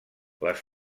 les